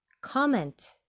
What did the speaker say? comment